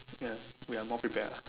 ya we are more prepared lah